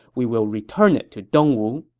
we will return it to dongwu.